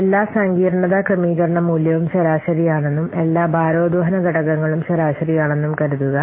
എല്ലാ സങ്കീർണ്ണത ക്രമീകരണ മൂല്യവും ശരാശരിയാണെന്നും എല്ലാ ഭാരോദ്വഹന ഘടകങ്ങളും ശരാശരിയാണെന്നും കരുതുക